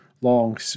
long